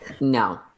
no